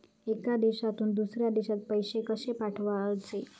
एका देशातून दुसऱ्या देशात पैसे कशे पाठवचे?